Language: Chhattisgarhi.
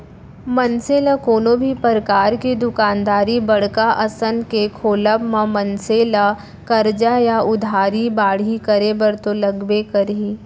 मनसे ल कोनो भी परकार के दुकानदारी बड़का असन के खोलब म मनसे ला करजा या उधारी बाड़ही करे बर तो लगबे करही